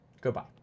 goodbye